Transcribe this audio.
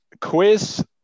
Quiz